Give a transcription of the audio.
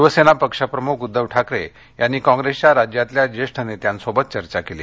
शिवसेना पक्ष प्रमुख उद्दव ठाकरे यांनी कॉप्रेसच्या राज्यातल्या ज्येष्ठ नेत्यांशी चर्चा केली